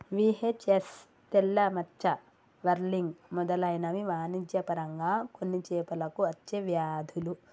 VHS, తెల్ల మచ్చ, whirling మెదలైనవి వాణిజ్య పరంగా కొన్ని చేపలకు అచ్చే వ్యాధులు